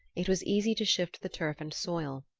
it was easy to shift the turf and soil.